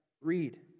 read